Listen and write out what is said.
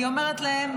אני אומרת להם: